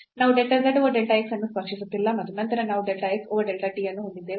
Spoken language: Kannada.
ನಾವು del z over del x ಅನ್ನು ಸ್ಪರ್ಶಿಸುತ್ತಿಲ್ಲ ಮತ್ತು ನಂತರ ನಾವು delta x over delta t ಅನ್ನು ಹೊಂದಿದ್ದೇವೆ